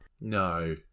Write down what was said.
No